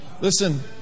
Listen